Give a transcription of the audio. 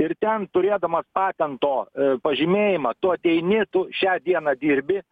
ir ten turėdamas patento pažymėjimą tu ateini tu šią dieną dirbi